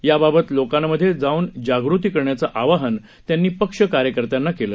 याबाबत लोकांमधे जाऊन जागृती करण्याचं आवाहन त्यांनी पक्षकार्यकर्त्यांना केलं